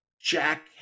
Jack